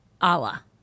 Allah